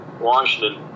Washington